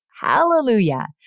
Hallelujah